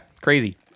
crazy